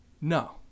No